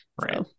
right